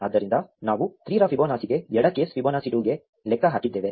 ಆದ್ದರಿಂದ ನಾವು 3 ರ ಫಿಬೊನಾಕಿಗೆ ಎಡ ಕೇಸ್ ಫಿಬೊನಾಸಿ 2 ಗೆ ಲೆಕ್ಕ ಹಾಕಿದ್ದೇವೆ